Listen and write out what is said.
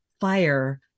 fire